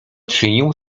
czynił